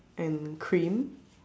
and cream